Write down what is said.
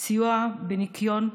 סיוע בניקיון,